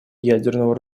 ядерного